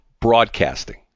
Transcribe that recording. broadcasting